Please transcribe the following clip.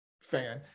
fan